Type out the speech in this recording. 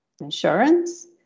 insurance